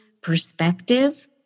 perspective